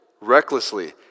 recklessly